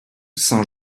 saint